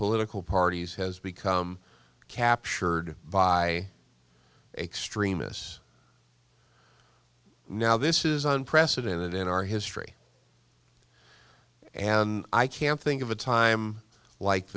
political parties has become captured by extremists now this is unprecedented in our history and i can't think of a time like